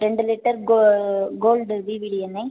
ரெண்டு லிட்டர் கோ gold VVD எண்ணெய்